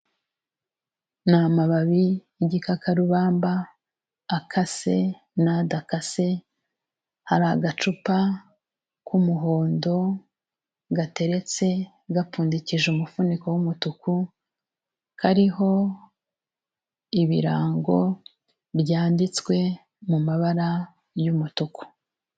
Ni amababi y'igikakarubamba, akase n'adakase, hari agacupa k'umuhondo gateretse gapfundikije umufuniko w'umutuku, kariho ibirango byanditswe mu mabara y'umutuku.